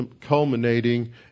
culminating